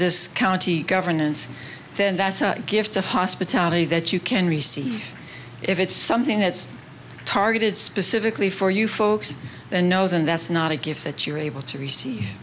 this county governance then that's a gift of hospitality that you can receive if it's so i think it's targeted specifically for you folks and no then that's not a gift that you're able to receive